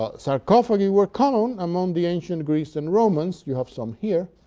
ah sarcophagi were common among the ancient greeks and romans, you have some here.